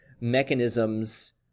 mechanisms